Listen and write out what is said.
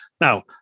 Now